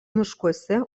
miškuose